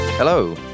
Hello